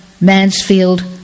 Mansfield